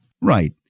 Right